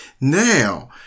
Now